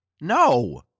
No